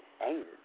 anger